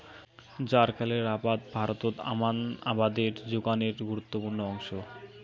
জ্বারকালের আবাদ ভারতত আমান আবাদের জোখনের গুরুত্বপূর্ণ অংশ